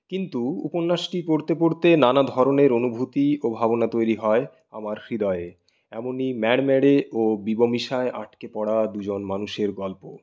কিন্তু উপন্যাসটি পড়তে পড়তে নানাধরনের অনুভূতি ও ভাবনা তৈরি হয় আমার হৃদয়ে এমনই ম্যাড়মেড়ে ও বিবমিষায় আটকে পরা দুজন মানুষের গল্প